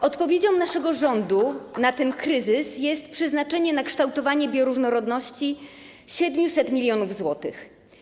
Odpowiedzią naszego rządu na ten kryzys jest przeznaczenie na kształtowanie bioróżnorodności 700 mln zł.